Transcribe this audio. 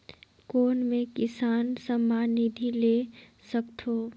कौन मै किसान सम्मान निधि ले सकथौं?